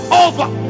over